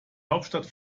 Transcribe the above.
hauptstadt